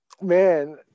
Man